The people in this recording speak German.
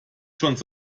schon